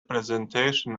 presentation